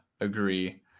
agree